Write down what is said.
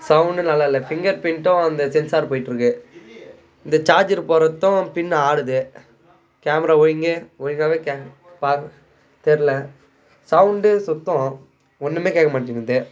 sound நல்லாயில்ல finger ப்ரிண்ட்டும் அந்த சென்ஸார் போய்ட்டுருக்கு இந்த சார்ஜர் போடுறதும் பின் ஆடுது கேமரா ஒழுங்கே ஒழுங்காகவே தெரில சவுண்டு சுத்தம் ஒன்றுமே கேட்க மாட்டேன்து